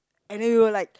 and then we were like